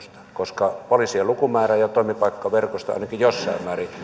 koska poliisien lukumäärä ja toimipaikkaverkosto ainakin jossain määrin